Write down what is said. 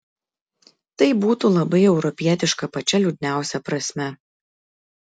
tai būtų labai europietiška pačia liūdniausia prasme